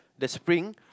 the spring